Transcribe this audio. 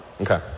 Okay